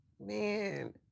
Man